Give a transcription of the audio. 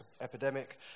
epidemic